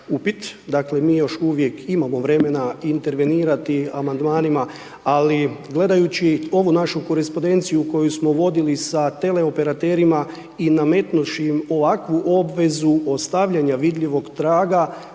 dakle mi još uvijek imamo vremena intervenirati amandmanima, ali gledajući ovu našu korespondenciju koju smo vodili sa teleoperaterima i nametnuvši im ovakvu obvezu ostavljanja vidljivog traga